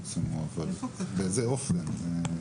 באיזה אופן הן מצומצמות?